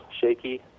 shaky